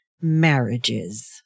marriages